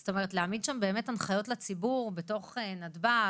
זאת אומרת להעמיד שם באמת הנחיות לציבור בתוך נתב"ג,